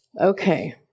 Okay